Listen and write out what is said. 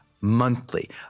monthly